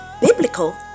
biblical